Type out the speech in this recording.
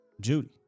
Judy